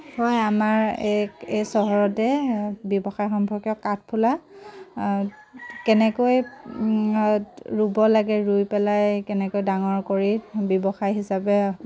হয় আমাৰ এই এই চহৰতে ব্যৱসায় সম্পৰ্কীয় কাঠফুলা কেনেকৈ ৰুব লাগে ৰুই পেলাই কেনেকৈ ডাঙৰ কৰি ব্যৱসায় হিচাপে